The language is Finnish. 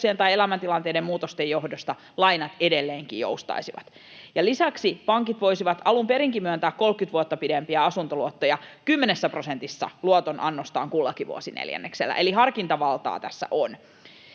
tai elämäntilanteiden muutosten johdosta lainat edelleenkin joustaisivat. Lisäksi pankit voisivat alun perinkin myöntää 30 vuotta pidempiä asuntoluottoja kymmenessä prosentissa luotonannostaan kullakin vuosineljänneksellä. Eli harkintavaltaa tässä on.